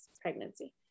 pregnancy